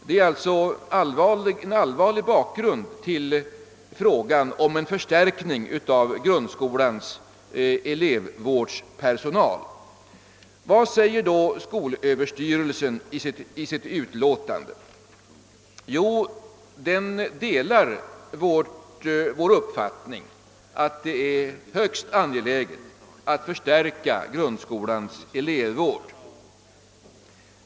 Det är alltså en allvarlig bakgrund till frågan om en förstärkning av grundskolans elevvårdspersonal. Vad säger då skolöverstyrelsen i sitt utlåtande? Den delar vår uppfattning att det är högst angeläget att förstärka grundskolans elevvård.